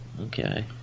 Okay